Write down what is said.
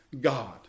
God